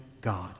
God